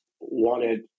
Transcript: wanted